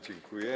Dziękuję.